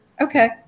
Okay